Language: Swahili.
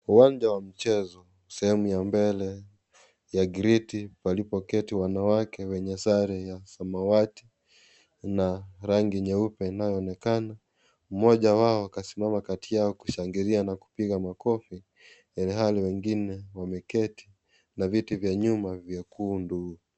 Uwanja wa mchezo sehemu ya mbele ya griti walipoketi wanawake wenye sare ya samawati na rangi nyeupe inyoonekana mmoja wao akasimama kati yao kushangilia na kupiga makofi ihali wengine wameketi na viti vywa nyuma viekundu.